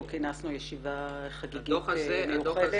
אנחנו כינסנו ישיבה חגיגית מיוחדת בנוכחותך